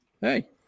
hey